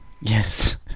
Yes